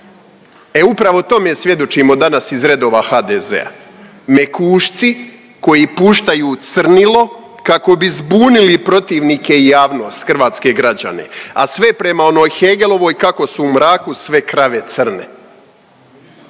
E upravo tome svjedočimo danas iz redova HDZ-a, mekušci koji puštaju crnilo kako bi zbunili protivnike i javnost, hrvatske građane a sve prema onoj Hegelovoj kako su u mraku sve krave crne.